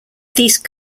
these